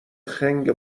خنگ